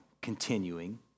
continuing